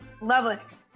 Lovely